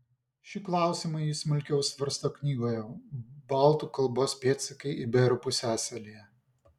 šį klausimą ji smulkiau svarsto knygoje baltų kalbos pėdsakai iberų pusiasalyje